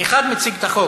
אחד מציג את החוק.